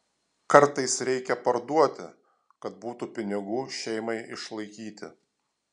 kartais reikia parduoti kad būtų pinigų šeimai išlaikyti